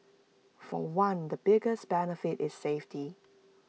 for one the biggest benefit is safety